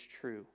true